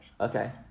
Okay